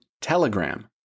Telegram